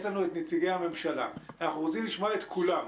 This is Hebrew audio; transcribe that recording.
יש לנו את נציגי הממשלה ואנחנו רוצים לשמוע את כולם.